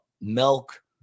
milk